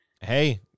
hey